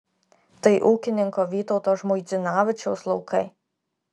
tai ūkininko vytauto žmuidzinavičiaus laukai